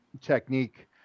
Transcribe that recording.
technique